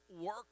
work